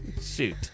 Shoot